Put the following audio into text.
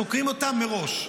סורקים אותן מראש,